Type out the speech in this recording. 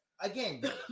again